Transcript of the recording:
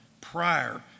prior